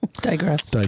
digress